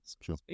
sure